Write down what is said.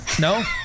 no